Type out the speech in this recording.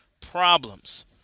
problems